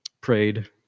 prayed